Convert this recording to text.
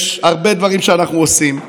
יש הרבה דברים שאנחנו עושים.